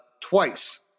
twice